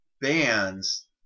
bands